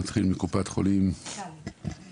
נתחיל מקופת חולים מכבי.